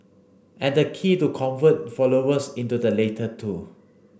and the key to convert followers into the latter two